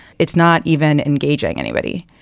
it's not even engaging anybody,